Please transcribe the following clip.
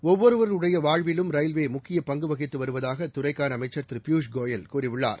ஒவ்வொருவருடையவாழ்விலும் ரயில்வேமுக்கியபங்குவகித்துவருவதாகஅத்துறைக்கானஅமைச்சர் திருபியூஷ் கோயல் கூறியுள்ளார்